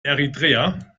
eritrea